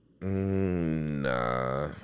Nah